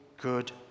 good